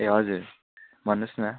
ए हजुर भन्नुहोस् न